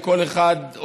לכל אחד,